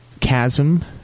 Chasm